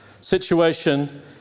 situation